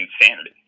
insanity